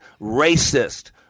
racist